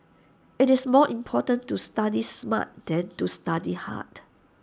IT is more important to study smart than to study hard